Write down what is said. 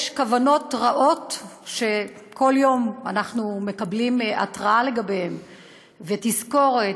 כוונות רעות שכל יום אנחנו מקבלים התרעה לגביהן ותזכורת,